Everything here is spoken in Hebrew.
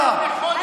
אתה,